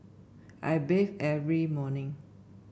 I bathe every morning